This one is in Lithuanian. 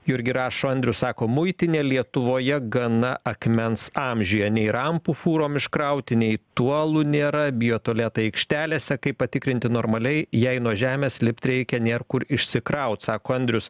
jurgi rašo andrius sako muitinė lietuvoje gana akmens amžiuje nei rampų fūrom iškrauti nei tuolų nėra biotualetai aikštelėse kaip patikrinti normaliai jei nuo žemės lipt reikia nėr kur išsikraut sako andrius